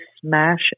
smash